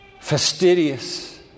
fastidious